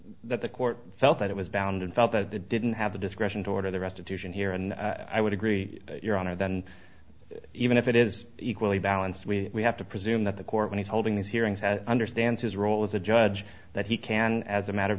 the court felt that it was bound and felt that the didn't have the discretion to order the restitution here and i would agree your honor then even if it is equally balanced we have to presume that the court when he's holding these hearings has understands his role as a judge that he can as a matter of